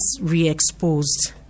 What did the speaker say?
re-exposed